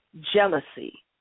Jealousy